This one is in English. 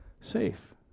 safe